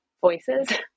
voices